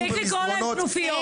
תפסיק לקרוא להם כנופיות.